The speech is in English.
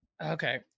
okay